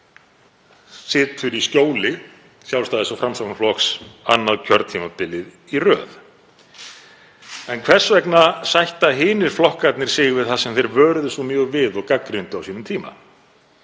situr í skjóli Sjálfstæðis- og Framsóknarflokks annað kjörtímabilið í röð. En hvers vegna sætta hinir flokkarnir sig við það sem þeir vöruðu svo mjög við og gagnrýndu á sínum tíma?